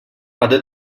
other